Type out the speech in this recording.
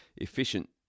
efficient